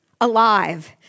alive